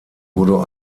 wurde